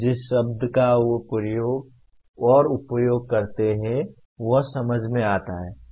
जिस शब्द का वे उपयोग करते हैं वह समझ में आता है